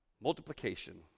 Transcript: multiplication